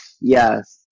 yes